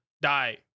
die